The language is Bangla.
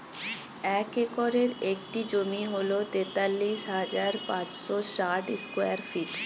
এক একরের একটি জমি হল তেতাল্লিশ হাজার পাঁচশ ষাট স্কয়ার ফিট